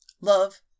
Love